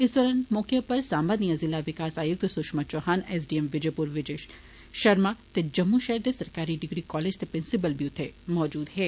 इस मौके उप्पर साम्बा दियां जिला विकास आयुक्त Sushma Chauhan S D M Vijaypur Vijay Sharma ते जम्मू षैहरा दे सरकारी डिग्री कालेज दे प्रिसिंपल बी उत्थे मौजूद हे